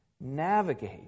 navigate